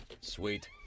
sweet